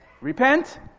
Repent